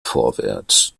vorwärts